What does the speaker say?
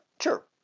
Sure